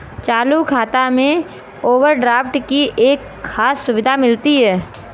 चालू खाता में ओवरड्राफ्ट की एक खास सुविधा मिलती है